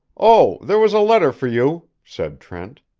oh, there was a letter for you, said trent.